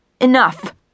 Enough